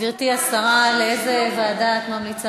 גברתי השרה, למה את לא מתנערת